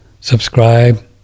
subscribe